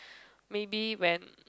maybe when